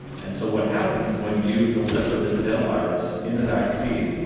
and so what happens when you deliver this adenovirus in the vaccine,